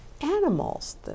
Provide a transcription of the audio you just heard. animals